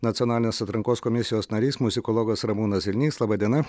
nacionalinės atrankos komisijos narys muzikologas ramūnas zilnys laba diena